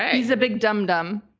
he's a big dumb-dumb.